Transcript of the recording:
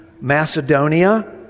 Macedonia